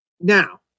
Now